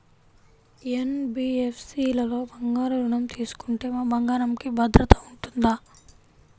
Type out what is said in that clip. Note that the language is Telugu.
ఎన్.బీ.ఎఫ్.సి లలో బంగారు ఋణం తీసుకుంటే మా బంగారంకి భద్రత ఉంటుందా?